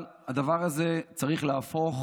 הדבר הזה צריך להפוך